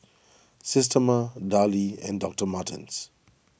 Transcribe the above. Systema Darlie and Doctor Martens